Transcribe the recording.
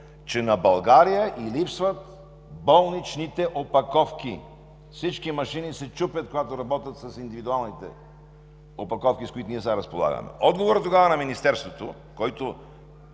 че на България ѝ липсват болничните опаковки. Всички машини се чупят, когато работят с индивидуалните опаковки, с които ние сега разполагаме. Тогава отговорът на Министерството, който